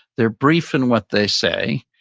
they're brief and what they say,